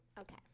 okay